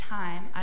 time